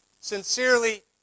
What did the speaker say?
Sincerely